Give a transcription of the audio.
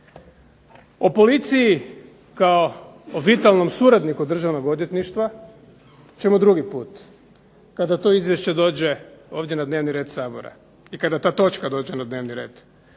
O policiji kao o vitalnom suradniku Državnog odvjetništva ćemo drugi put kada to izvješće dođe ovdje na dnevni red Sabora i kada ta točka dođe na dnevni red.